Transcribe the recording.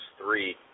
three